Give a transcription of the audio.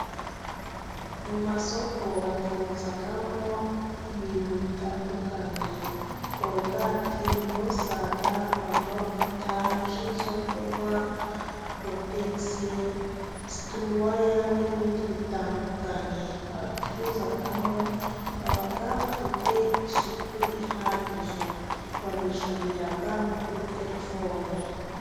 Mu masoko bacuruzamo ibintu bitandukanye, korogati, borosada, amavuta, ji zo kunywa, kotegisi, situruwaya n'ibindi bitandukanye. Abacuruzamo baba bafite isuku ihagije, babishyurira no kuri telefone.